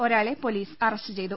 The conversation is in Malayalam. ഒരാളെ പൊലീസ് അറസ്റ്റു ചെയ്തു